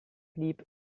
blieb